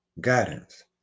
guidance